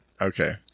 Okay